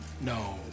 No